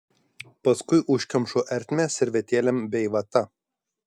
paskui užkemšu ertmę servetėlėm bei vata